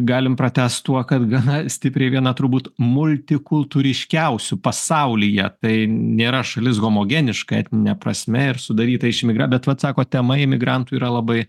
galim pratęst tuo kad gana stipriai viena turbūt multikulturiškiausių pasaulyje tai nėra šalis homogeniška etnine prasme ir sudarytą iš imigra bet vat sakot tema imigrantų yra labai